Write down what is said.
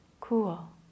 cool